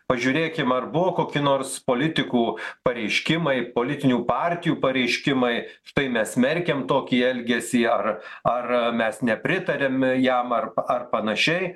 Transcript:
pažiūrėkim ar buvo koki nors politikų pareiškimai politinių partijų pareiškimai štai mes smerkiam tokį elgesį ar ar mes nepritariam jam ar ar panašiai